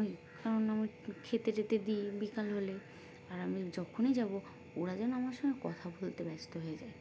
ওই কারণ আমি খেতে টেতে দিই বিকাল হলে আর আমি যখনই যাবো ওরা যেন আমার সঙ্গে কথা বলতে ব্যস্ত হয়ে যায়